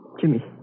Jimmy